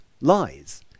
lies